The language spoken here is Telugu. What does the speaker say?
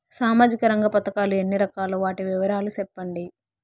సామాజిక రంగ పథకాలు ఎన్ని రకాలు? వాటి వివరాలు సెప్పండి